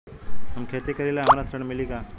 हम खेती करीले हमरा ऋण मिली का?